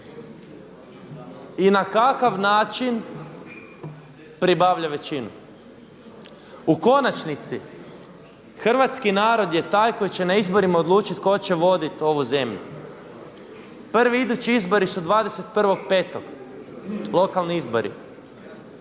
i na kakav način pribavlja većinu. U konačnici, hrvatski narod je taj koji će na izborima odlučiti tko će vodit ovu zemlju. Prvi idući izbori su 21.5. lokalni izbori.